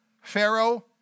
Pharaoh